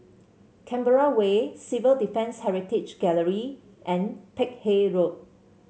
Canberra Way Civil Defence Heritage Gallery and Peck Hay Road